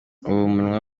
umunwa